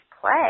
play